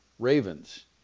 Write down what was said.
Ravens